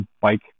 bike